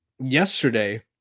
yesterday